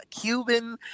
Cuban